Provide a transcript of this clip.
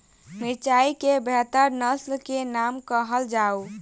मिर्चाई केँ बेहतर नस्ल केँ नाम कहल जाउ?